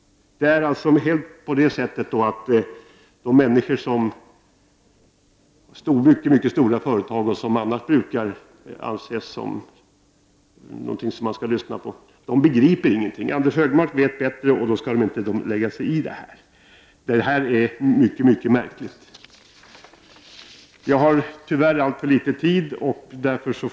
Människor från mycket, mycket stora företag, som man annars brukar anse värda att lyssna till, begriper alltså nu ingenting. Anders Högmark vet bättre, och då skall de inte lägga sig i det här. Det är mycket märkligt. Jag har tyvärr alltför litet tid till mitt förfogande.